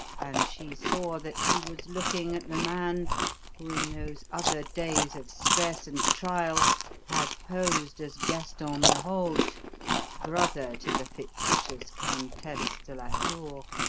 and she saw that she was looking at the man who in those other days of stress and trial had posed as gaston merode, brother to the fictitious countess de la tour.